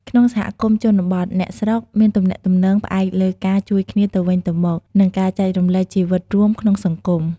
ក្នុងសហគមន៍ជនបទ អ្នកស្រុកមានទំនាក់ទំនងផ្អែកលើការជួយគ្នាទៅវិញទៅមក និងការចែករំលែកជីវិតរួមក្នុងសង្គម។